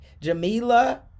Jamila